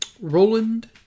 Roland